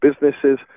businesses